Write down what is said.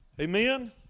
Amen